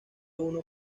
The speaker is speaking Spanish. uno